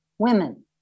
Women